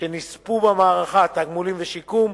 שנספו במערכה (תגמולים ושיקום)